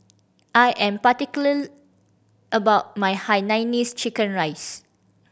I am particular about my hainanese chicken rice